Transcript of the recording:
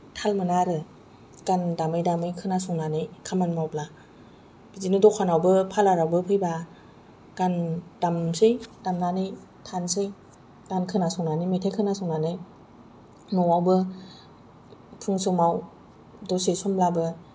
थाल मोना आरो गान दामै दामै खोनासंनानै खामानि मावब्ला बिदिनो दखानावबो पार्लारावबो फैबा गान दामसै दामनानै थानोसै गान खोनासंनानै मेथाइ खोनासंनानै न'आवबो फुं समाव दसे समब्लाबो